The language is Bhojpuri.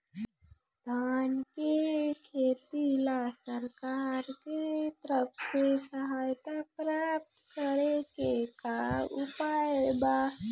धान के खेती ला सरकार के तरफ से सहायता प्राप्त करें के का उपाय बा?